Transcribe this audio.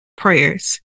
prayers